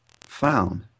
found